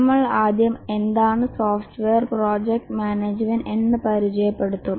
നമ്മൾ ആദ്യം എന്താണ് സോഫ്റ്റ്വെയർ പ്രൊജക്റ്റ് മാനേജ്മന്റ് എന്ന് പരിജയപ്പെടുത്തും